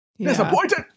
disappointed